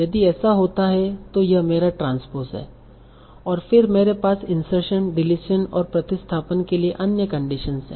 यदि ऐसा होता है तो यह मेरा ट्रांस्पोस है और फिर मेरे पास इंसर्शन डिलीशन और प्रतिस्थापन के लिए अन्य कंडीशनस हैं